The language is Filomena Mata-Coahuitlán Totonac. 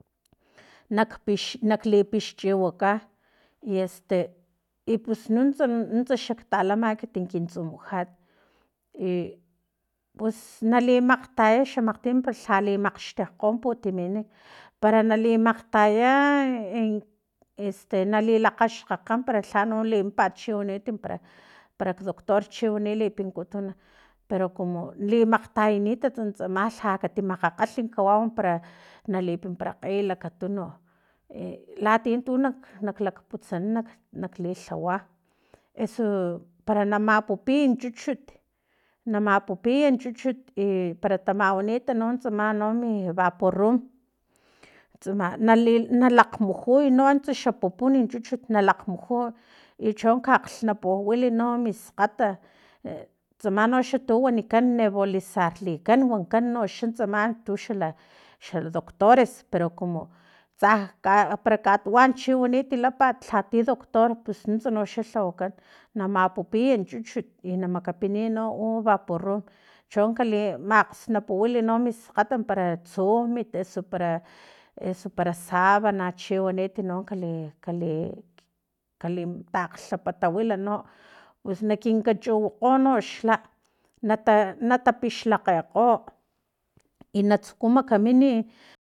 Nakpix nakli pixchiwaka i este i pus nuntsa nuntsa xak talama ekiti kin tsumujat i pus na limakgtaya xa makgtim para lha makgxtekgo putiminik para nali makgtaya este nali kaxkgakga para lhano limimpat chiwaniti para parak doctor chiwani lipinkutun pero kumu limakgtayalitat tsama nalha kati kimakgakgalh kawau para para na lipinparay e lakatununk elatie tu nak lakputsanan nakli lhawa eso para na mapupiy chuchut na mapupiy chuchut i para tamawanit para tsama no mi vaporrum tsama na lakg mujuy no antsa xa pupuni chuchut nalakg mujuy i cho ka akglhnapuwil no miskgat e tsamanoxa tu wanikan nevolisarlican wanikan noxa tsama tuxalak doctores pero kumu tsa para katuwan chiwaniti lapat lhati doctor pus nuntsa noxa lhawakan na mapupiy chuchut y na makapiniy no u vaporrum chon kali akgsnapuwili no mis kgata para tsumit eso para eso para sabana chi wanit no kali kali kali takglhaputawili no pus na kinkachuwokgonoxla nata nata pixlakgekgo i na tsuku makamini